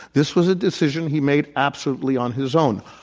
this was a decision he made absolutely on his own.